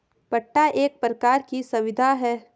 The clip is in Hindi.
पट्टा एक प्रकार की संविदा है